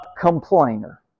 complainer